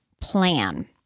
plan